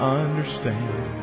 understand